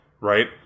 Right